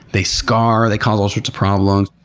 they scar. they cause all sorts of problems.